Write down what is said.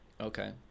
Okay